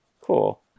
Cool